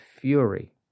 fury